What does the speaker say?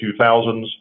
2000s